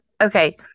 okay